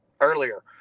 earlier